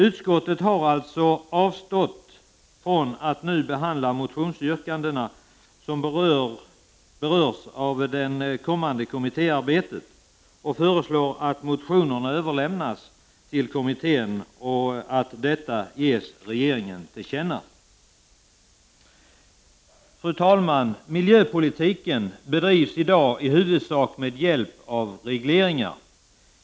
Utskottet har alltså avstått från att nu behandla de motionsyrkanden som berörs av det kommande kommittéarbetet, och utskottet föreslår att motionerna överlämnas till kommittén och att detta ges regeringen till känna. Fru talman! Miljöpolitiken bedrivs i dag i huvudsak med hjälp av regleringar.